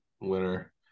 winner